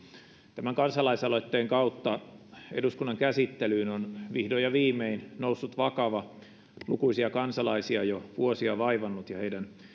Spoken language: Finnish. tämän kansalaisaloitteen kautta eduskunnan käsittelyyn on vihdoin ja viimein noussut vakava lukuisia kansalaisia jo vuosia vaivannut ja heidän